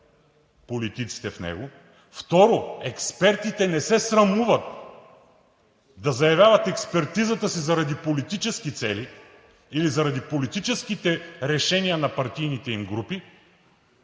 политиците в него. Второ, експертите не се срамуват да заявяват експертизата си заради политически цели или за политическите решения на партийните им групи